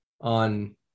on